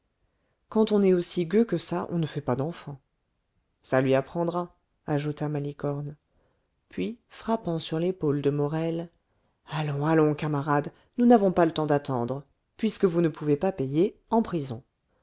quand on est aussi gueux que ça on ne fait pas d'enfants ça lui apprendra ajouta malicorne puis frappant sur l'épaule de morel allons allons camarade nous n'avons pas le temps d'attendre puisque vous ne pouvez pas payer en prison